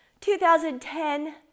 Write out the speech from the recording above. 2010